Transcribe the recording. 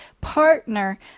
partner